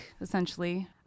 essentially